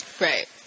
Right